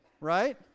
right